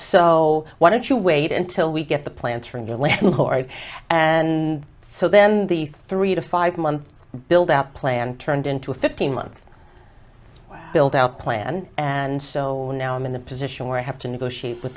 so why don't you wait until we get the plants from your landlord and so then the three to five month build out plan turned into a fifteen month build out plan and so now i'm in the position where i have to negotiate with